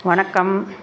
வணக்கம்